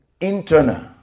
internal